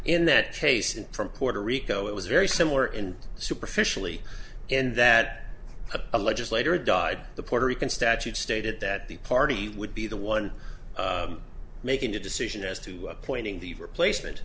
in that case and from puerto rico it was very similar in superficially in that of a legislator died the puerto rican statute stated that the party would be the one making the decision as to appointing the replacement